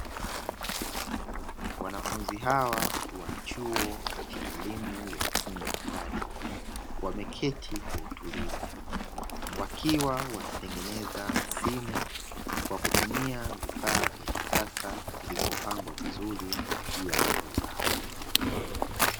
Wanafunzi hawa wa chuo cha elimu ya ufundi stadi wameketi kwa utulivu, wakiwa wanatengeneza simu kwa kutumia vifaa vya kisasa vilivyopangwa vizuri juu ya meza zao.